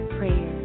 prayer